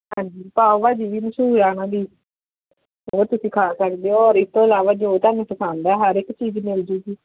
ਹਾਂਜੀ ਪਾਓ ਭਾਜੀ ਵੀ ਮਸ਼ਹੂਰ ਆ ਉਹਨਾਂ ਦੀ ਉਹ ਤੁਸੀਂ ਖਾ ਸਕਦੇ ਹੋ ਔਰ ਇਸ ਤੋਂ ਇਲਾਵਾ ਜੋ ਤੁਹਾਨੂੰ ਪਸੰਦ ਆ ਹਰ ਇੱਕ ਚੀਜ਼ ਮਿਲ ਜੂਗੀ